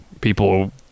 People